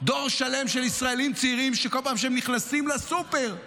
דור שלם של ישראלים צעירים שכל פעם שהם נכנסים לסופר הם